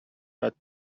but